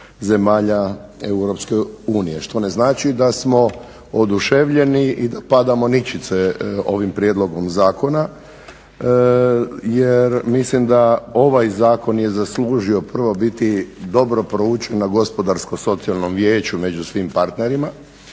zemalja EU što ne znači da smo oduševljeni i da padamo ničice ovim prijedlogom zakona. Jer mislim da ovaj zakon je zaslužio prvo biti dobro proučen na Gospodarskom socijalnom vijeću među svim partnerima.